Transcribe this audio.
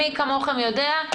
מי כמוכם יודע,